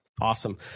Awesome